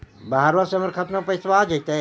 बहरबा से हमर खातबा में पैसाबा आ जैतय?